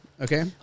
okay